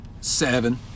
Seven